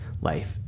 life